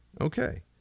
Okay